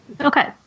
Okay